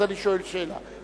אז אני שואל שאלה,